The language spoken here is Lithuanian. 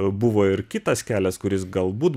buvo ir kitas kelias kuris galbūt